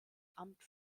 amt